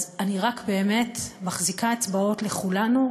אז אני רק באמת מחזיקה אצבעות לכולנו,